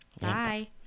Bye